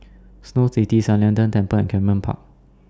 Snow City San Lian Deng Temple and Camden Park